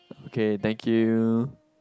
okay thank you